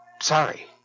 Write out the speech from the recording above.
Sorry